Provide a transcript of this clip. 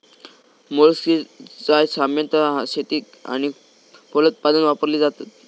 मोलस्किसाड्स सामान्यतः शेतीक आणि फलोत्पादन वापरली जातत